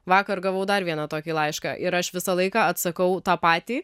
vakar gavau dar vieną tokį laišką ir aš visą laiką atsakau tą patį